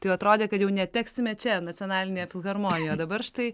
tai atrodė kad jau neteksime čia nacionalinėje filharmonijoj o dabar štai